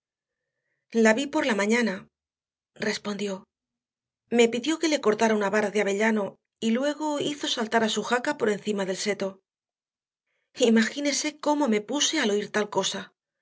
la vi por la mañana respondió me pidió que le cortara una vara de avellano y luego hizo saltar a su jaca por encima del seto imagínese cómo me puse al oír tal cosa